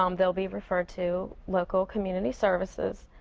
um they will be referred to local community services.